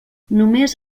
només